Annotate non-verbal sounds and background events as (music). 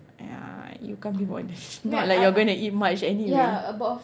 ya you can't be bothered (laughs) not like you're gonna eat much anyway